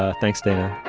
ah thanks, dana.